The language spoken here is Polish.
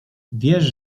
wiesz